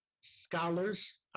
scholars